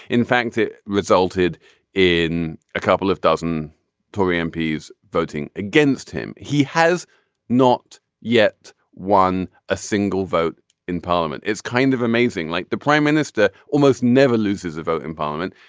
in fact it resulted in a couple of dozen tory um mps voting against him he has not yet won a single vote in parliament. it's kind of amazing like the prime minister almost never loses a vote in parliament.